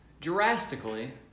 drastically